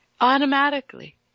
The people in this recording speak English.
automatically